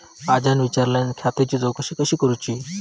आज्यान विचारल्यान खात्याची चौकशी कशी करुची?